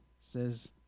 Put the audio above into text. says